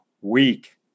week